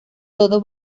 todo